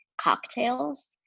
cocktails